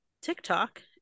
TikTok